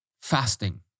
fasting